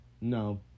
no